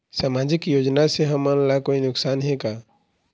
सामाजिक योजना से हमन ला कोई नुकसान हे का?